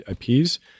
IPs